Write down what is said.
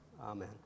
Amen